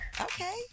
Okay